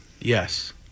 Yes